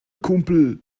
kumpel